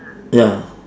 ya